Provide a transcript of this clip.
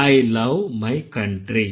I love my country